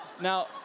Now